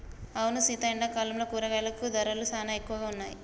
అవును సీత ఎండాకాలంలో కూరగాయల ధరలు సానా ఎక్కువగా ఉన్నాయి